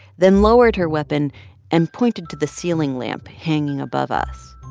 then lowered her weapon and pointed to the ceiling lamp hanging above us.